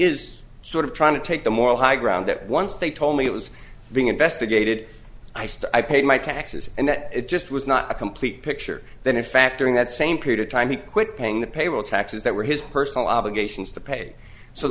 is sort of trying to take the moral high ground that once they told me it was being investigated i sed i paid my taxes and that it just was not a complete picture then in fact during that same period of time he quit paying the payroll taxes that were his personal obligations to pay so